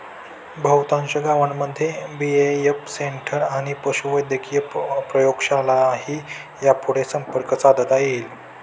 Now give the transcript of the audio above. बहुतांश गावांमध्ये BAF centre आणि पशुवैद्यक प्रयोगशाळांशी यापुढं संपर्क साधता येईल